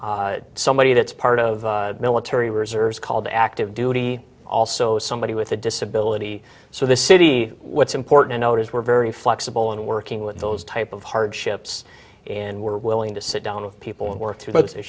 so somebody that's part of the military reserves called active duty also somebody with a disability so the city what's important to note is we're very flexible in working with those type of hardships and we're willing to sit down with people and work through but they